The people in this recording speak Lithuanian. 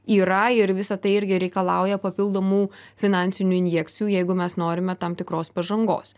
yra ir visa tai irgi reikalauja papildomų finansinių injekcijų jeigu mes norime tam tikros pažangos